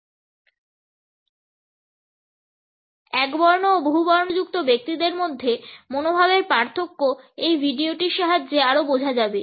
একবর্ণ এবং বহুবর্ণগত বৈশিষ্ট্যযুক্ত ব্যক্তিদের মধ্যে মনোভাবের পার্থক্য এই ভিডিওটির সাহায্যে আরও বোঝা যাবে